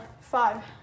five